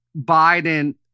Biden